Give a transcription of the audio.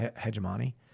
hegemony